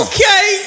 Okay